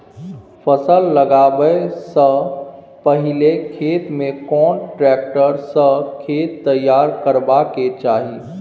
फसल लगाबै स पहिले खेत में कोन ट्रैक्टर स खेत तैयार करबा के चाही?